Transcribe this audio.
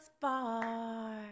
far